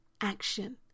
action